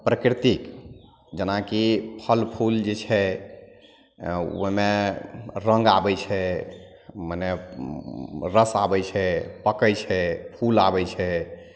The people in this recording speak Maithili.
प्राकृर्तिक जेना कि फल फूल जे छै ओहिमे रङ्ग आबै छै मने रस आबै छै पकै छै फूल आबै छै